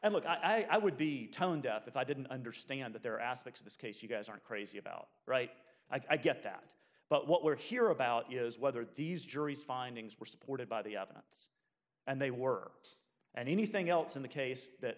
and look i would be tone deaf if i didn't understand that there are aspects of this case you guys aren't crazy about right i get that but what we're here about is whether these juries findings were supported by the evidence and they were and anything else in the case that